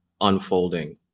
unfolding